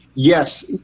yes